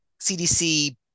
CDC-